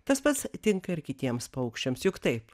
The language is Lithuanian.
tas pats tinka ir kitiems paukščiams juk taip